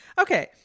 Okay